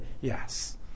Yes